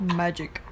magic